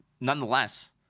Nonetheless